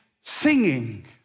singing